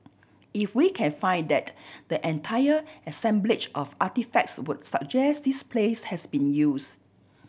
if we can find that the entire assemblage of artefacts would suggest this place has been use